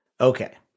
Okay